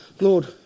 Lord